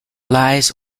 lies